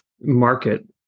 market